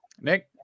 nick